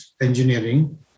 engineering